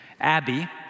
Abby